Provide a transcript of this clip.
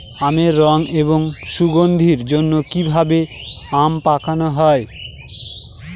আমের রং এবং সুগন্ধির জন্য কি ভাবে আম পাকানো হয়?